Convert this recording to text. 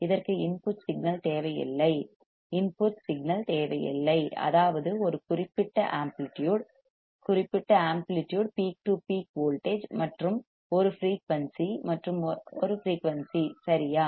இதற்கு input signal தேவையில்லை அதற்கு இன்புட் சிக்னல் தேவையில்லை அதாவது ஒரு குறிப்பிட்ட ஆம்ப்ளிடியூட் குறிப்பிட்ட amplitude peak to peak voltage மற்றும் ஒரு ஃபிரீயூன்சி மற்றும் ஒரு ஃபிரீயூன்சி சரியா